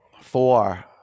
four